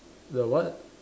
the what